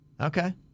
Okay